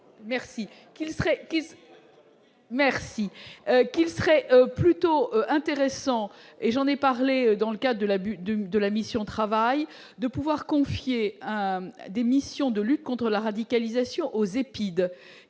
merci qu'il serait plutôt intéressant et j'en ai parlé dans le cas de l'abus de de la mission de pouvoir confier à des missions de lutte contre la radicalisation aux épisodes